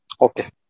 Okay